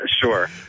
Sure